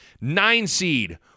nine-seed